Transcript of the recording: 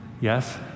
Yes